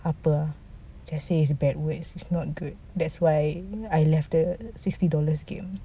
apa ah jessie is bad which is not good that's why I left the sixty dollars game